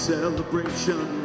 Celebration